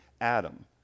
Adam